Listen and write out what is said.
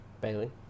Bailey